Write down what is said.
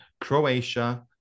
Croatia